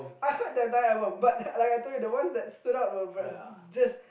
I heard the entire albums but like I told you the ones that stood out were just